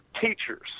teachers